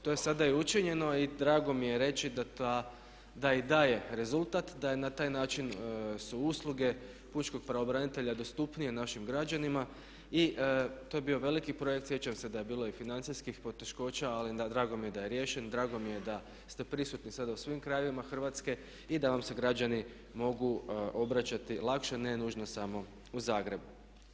To je sada i učinjeno i drago mi je reći da i daje rezultat, da je na taj način su usluge pučkog pravobranitelja dostupnije našim građanima i to je bio veliki projekt, sjećam se da je bilo i financijskih poteškoća ali drago mi je da je riješen, drago mi je da ste prisutni sada u svim krajevima Hrvatske i da vam se građani mogu obraćati lakše ne nužno samo u Zagrebu.